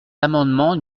l’amendement